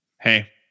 Hey